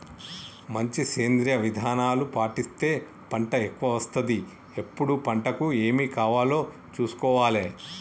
మంచి సేంద్రియ విధానాలు పాటిస్తే పంట ఎక్కవ వస్తది ఎప్పుడు పంటకు ఏమి కావాలో చూసుకోవాలే